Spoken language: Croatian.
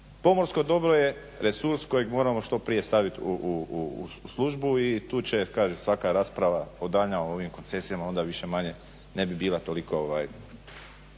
pomorsko dobro je resurs kojeg moramo što prije staviti u službu i tu će kažem svaka rasprava daljnja o ovim koncesijama onda više-manje ne bi bila toliko teška,